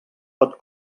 pot